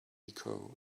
echo